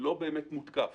לא באמת מותקף.